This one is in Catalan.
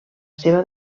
seva